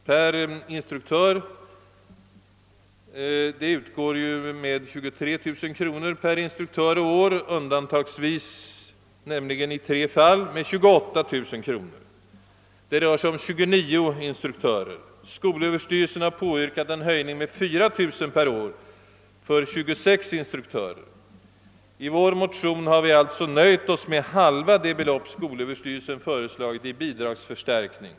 Detta bidrag utgår nu med 23000 kronor per instruktör och år — undantagsvis, nämligen i tre fall, med 28 000 kronor. Det rör sig om 29 instruktörer, och skolöverstyrelsen har påyrkat en höjning av 4 000 kronor per år för 26 instruktörer. I vår motion har vi alltså nöjt oss med hälften av det belopp skolöverstyrelsen föreslagit i bidragsförstärkning.